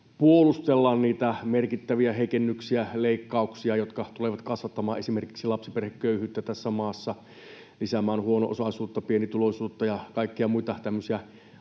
puolustellaan niitä merkittäviä heikennyksiä, leikkauksia, jotka tulevat kasvattamaan esimerkiksi lapsiperheköyhyyttä tässä maassa, lisäämään huono-osaisuutta, pienituloisuutta ja kaikkia muita tämmöisiä aika